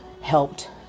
helped